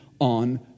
on